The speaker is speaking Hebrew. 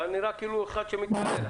אתה יכול להסביר לי קצת?